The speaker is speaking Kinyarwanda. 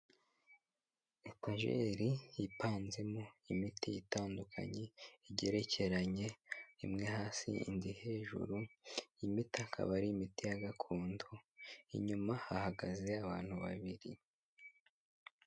Etajeri ipanzemo imiti itandukanye igerekeranye imwe hasi indi hejuru iyi miti ikaba ari imiti ya gakondo, inyuma hahagaze abantu babiri.